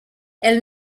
elle